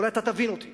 אולי אתה תבין אותי